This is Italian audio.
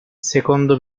secondo